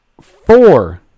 four